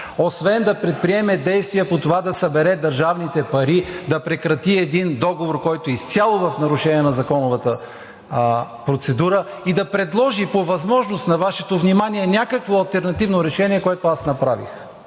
освен да предприеме действия по това да събере държавните пари, да прекрати един договор, който изцяло е в нарушение на законовата процедура, и да предложи, по възможност, на Вашето внимание някакво алтернативно решение, което аз направих?